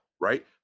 right